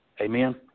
Amen